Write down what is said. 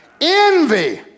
envy